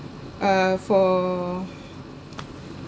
uh for